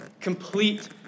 Complete